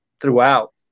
throughout